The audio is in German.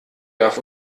darf